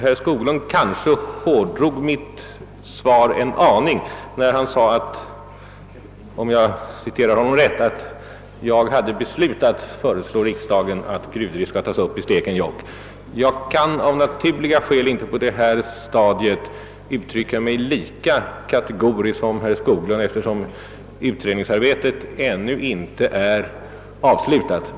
Herr Skoglund kanske hårdrog mitt svar en aning när han sade — om jag citerar honom rätt — att jag beslutat föreslå riksdagen att gruvdrift skall igångsättas i Stekenjokk. Jag kan av naturliga skäl inte på detta stadium uttrycka mig lika kategoriskt som herr Skoglund, eftersom utredningsarbetet ännu inte är avslutat.